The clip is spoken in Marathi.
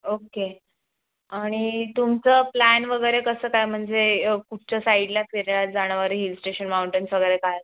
ओक्के आणि तुमचं प्लॅन वगैरे कसं काय म्हणजे कुठच्या साईडला फिरायला जाणं वगैरे हिल स्टेशन माऊंटन्स वगैरे काय